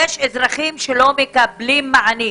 יש אזרחים שלא מקבלים מענים.